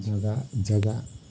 जग्गा जग्गा